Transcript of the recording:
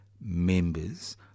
members